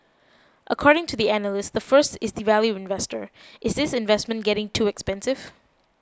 according to the analyst the first is the value investor is this investment getting too expensive